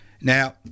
Now